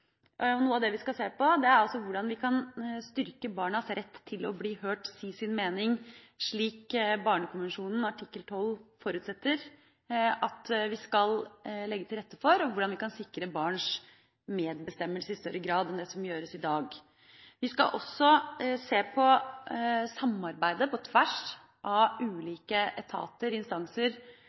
Noe av det vi skal se på, er hvordan vi kan styrke barnas rett til å bli hørt, til å si sin mening, slik barnekonvensjonen artikkel 12 forutsetter at vi skal legge til rette for, og hvordan vi kan sikre barns medbestemmelse i større grad enn det som gjøres i dag. Vi skal også se på samarbeidet på tvers av ulike etater og instanser,